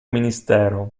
ministero